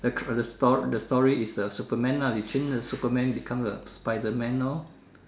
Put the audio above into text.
the ka~ the sto~ the story is the Superman ah we change the Superman become the spiderman lor